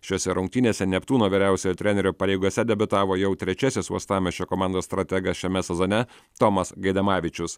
šiose rungtynėse neptūno vyriausiojo trenerio pareigose debiutavo jau trečiasis uostamiesčio komandos strategas šiame sezone tomas gaidamavičius